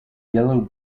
yellow